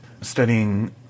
studying